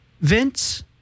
Vince